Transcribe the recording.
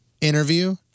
interview